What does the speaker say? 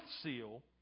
seal